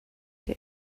der